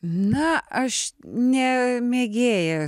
na aš ne mėgėja